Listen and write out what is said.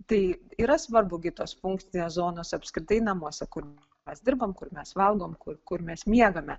tai yra svarbu gi kitos funkcinės zonos apskritai namuose kur mes dirbam kur mes valgom kur kur mes miegame